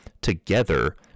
together